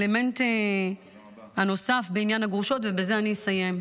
האלמנט הנוסף, בעניין הגרושות, ובזה אני אסיים: